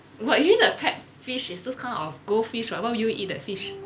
but usually the pet fish is those kind of goldfish what why would you eat that fish